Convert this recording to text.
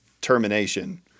Termination